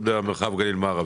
מה הסיבה?